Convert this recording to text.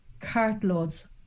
cartloads